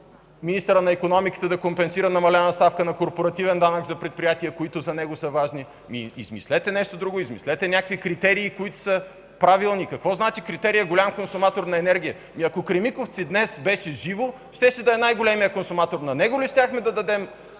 министърът на икономиката да компенсира намалена ставка на корпоративен данък за предприятия, които за него са важни. Измислете нещо друго, измислете някакви критерии, които са правилни. Какво значи критерият „голям консуматор на енергия”? Ако „Кремиковци” днес беше живо, щеше да е най-големият консуматор, на него ли щяхме да дадем